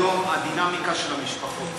היום הדינמיקה של המשפחות,